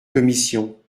commission